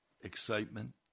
excitement